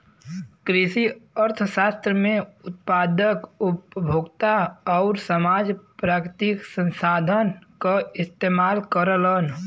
कृषि अर्थशास्त्र में उत्पादक, उपभोक्ता आउर समाज प्राकृतिक संसाधन क इस्तेमाल करलन